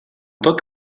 tot